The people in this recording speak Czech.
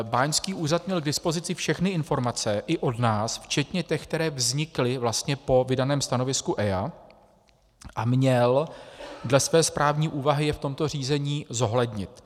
Báňský úřad měl k dispozici všechny informace, i od nás, včetně těch, které vznikly vlastně po vydaném stanovisku EIA, a měl dle své správní úvahy je v tomto řízení zohlednit.